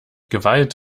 gewalt